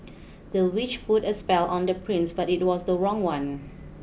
the witch put a spell on the prince but it was the wrong one